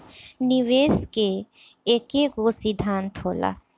निवेश के एकेगो सिद्धान्त होला